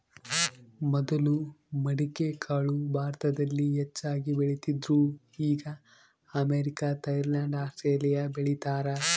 ಮೊದಲು ಮಡಿಕೆಕಾಳು ಭಾರತದಲ್ಲಿ ಹೆಚ್ಚಾಗಿ ಬೆಳೀತಿದ್ರು ಈಗ ಅಮೇರಿಕ, ಥೈಲ್ಯಾಂಡ್ ಆಸ್ಟ್ರೇಲಿಯಾ ಬೆಳೀತಾರ